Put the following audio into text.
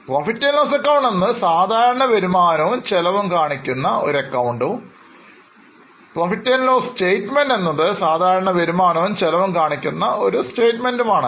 PL എന്നത് സാധാരണ വരുമാനവും ചെലവും കാണിക്കുന്ന ഒരു പ്രസ്താവനയാണ്